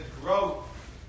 growth